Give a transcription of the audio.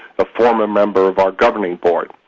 a former member of our governing board.